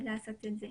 לעשות את זה.